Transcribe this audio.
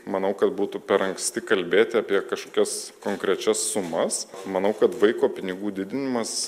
manau kad būtų per anksti kalbėti apie kažkokias konkrečias sumas manau kad vaiko pinigų didinimas